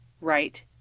right